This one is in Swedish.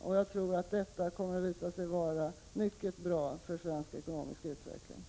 Det kommer säkert att visa sig vara mycket bra för svensk ekonomisk utveckling.